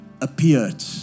appeared